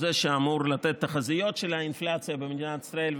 הוא זה שאמור לתת את התחזיות של האינפלציה במדינת ישראל,